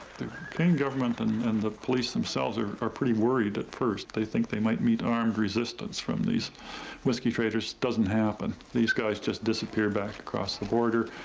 the canadian government and and the police themselves are are pretty worried at first. they think they might meet armed resistance from these whiskey traders. doesn't happen. these guys just disappear back across the border.